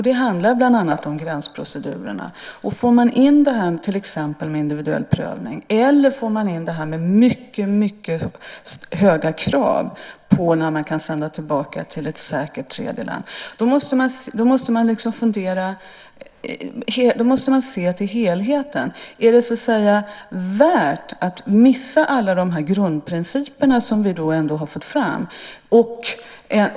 De handlar bland annat om gränsprocedurerna, till exempel detta med individuell prövning eller detta med mycket höga krav för när man kan sända tillbaka till ett säkert tredje land. Man måste se till helheten. Är det värt att missa alla de grundprinciper som vi har fått fram?